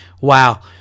wow